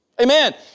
Amen